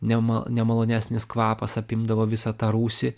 nema nemalonesnis kvapas apimdavo visą tą rūsį